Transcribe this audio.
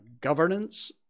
Governance